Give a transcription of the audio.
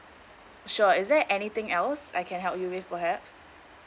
sure is there anything else I can help you with perhaps